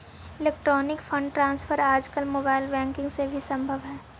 electronic fund transfer आजकल mobile banking से भी संभव हइ